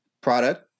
Product